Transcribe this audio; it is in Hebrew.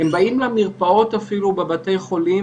לקבל משוב מהם,